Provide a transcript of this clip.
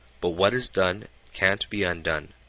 but what is done can't be undone,